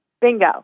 bingo